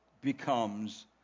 becomes